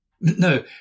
No